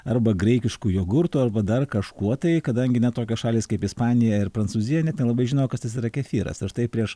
arba graikišku jogurtu arba dar kažkuo tai kadangi net tokios šalys kaip ispanija ir prancūzija net nelabai žinojo kas tas yra kefyras ir štai prieš